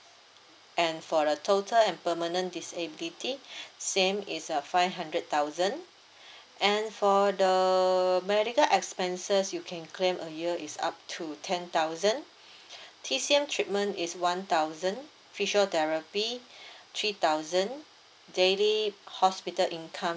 and for the total and permanent disability same is a five hundred thousand and for the medical expenses you can claim a year is up to ten thousand T_C_M treatment is one thousand physiotherapy three thousand daily hospital income